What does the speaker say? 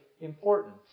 important